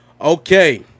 Okay